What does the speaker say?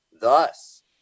Thus